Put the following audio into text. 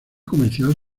comercial